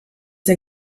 der